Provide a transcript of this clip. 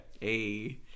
hey